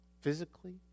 physically